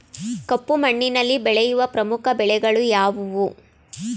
ಕಪ್ಪು ಮಣ್ಣಿನಲ್ಲಿ ಬೆಳೆಯುವ ಪ್ರಮುಖ ಬೆಳೆಗಳು ಯಾವುವು?